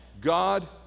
God